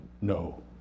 no